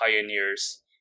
Pioneers